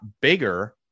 bigger